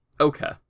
Okay